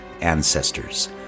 ancestors